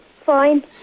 Fine